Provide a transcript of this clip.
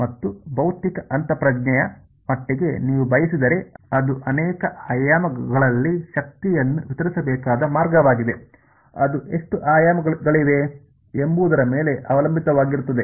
ಮತ್ತು ಭೌತಿಕ ಅಂತಃಪ್ರಜ್ಞೆಯ ಮಟ್ಟಿಗೆ ನೀವು ಬಯಸಿದರೆ ಅದು ಅನೇಕ ಆಯಾಮಗಳಲ್ಲಿ ಶಕ್ತಿಯನ್ನು ವಿತರಿಸಬೇಕಾದ ಮಾರ್ಗವಾಗಿದೆ ಅದು ಎಷ್ಟು ಆಯಾಮಗಳಿವೆ ಎಂಬುದರ ಮೇಲೆ ಅವಲಂಬಿತವಾಗಿರುತ್ತದೆ